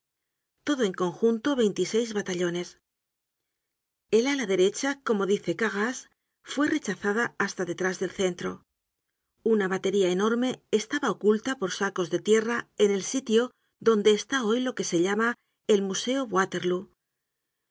todo en conjunto veintiseis batallones el ala derecha como dice carras fue re chazada hasta detrás del centro una batería enorme estaba oculta por sacos de tierra en el sitio donde está hoy lo que se llama el museo de waterlóo